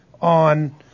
on